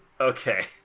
Okay